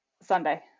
Sunday